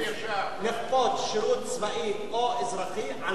לכפות שירות צבאי או אזרחי על נשים חרדיות?